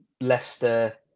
Leicester